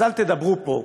אז לא תדברו פה,